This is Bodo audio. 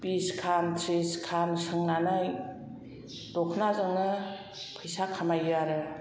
बिस खान थ्रिस खान सोंनानै दखनाजोंनो फैसा खामायो आरो